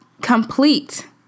complete